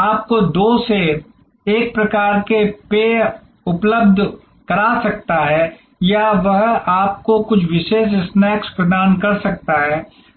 आपको 2 से 1 प्रकार के पेय उपलब्ध करा सकता है या यह आपको कुछ विशेष स्नैक्स प्रदान कर सकता है